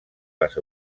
les